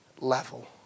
level